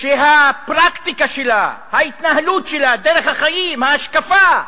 שהפרקטיקה שלה, ההתנהלות שלה, דרך החיים, ההשקפה,